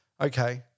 Okay